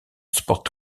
sport